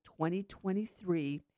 2023